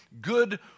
good